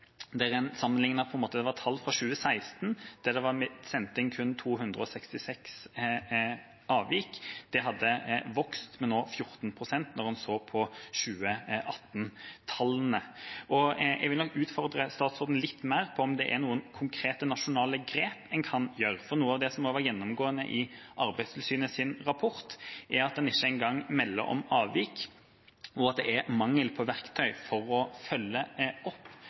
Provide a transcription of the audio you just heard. der en sammenlignet tall fra 2016. Det var sendt inn kun 266 avvik, og det hadde vokst med 14 pst. da en så på 2018-tallene. Jeg vil utfordre statsråden litt mer på om det er noen konkrete nasjonale grep en kan gjøre, for noe av det som har vært gjennomgående i Arbeidstilsynets rapport, er at en ikke engang melder om avvik, at det er mangel på verktøy for å følge opp avvikene, at en ikke har et godt nok system i skolen for melding av avvik, og at det følges opp